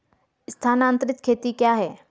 स्थानांतरित खेती क्या है?